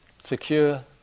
secure